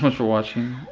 for watching,